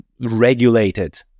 regulated